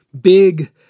big